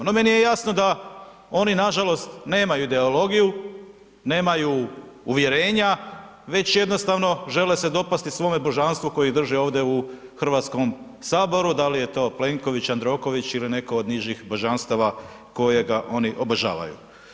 No, meni je jasno da oni nažalost nemaju ideologiju, nemaju uvjerenja već jednostavno, žele se dopasti svome božanstvu koji drže ovdje u HS-u, da li je to Plenković, Jandroković ili netko od nižih božanstava kojega oni obožavaju.